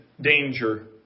danger